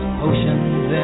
potions